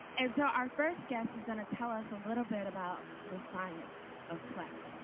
and so our first guest is going to tell us a little bit about the science of play.